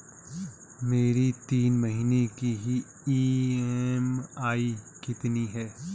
मेरी तीन महीने की ईएमआई कितनी है?